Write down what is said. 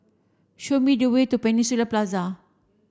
show me the way to Peninsula Plaza